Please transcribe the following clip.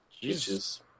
Jesus